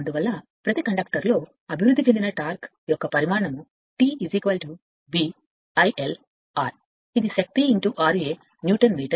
అందువల్ల అభివృద్ధి చెందిన టార్క్ యొక్క పరిమాణం ప్రతి కండక్టర్E b IL అవుతుంది ఇది శక్తి ra న్యూటన్ మీటర్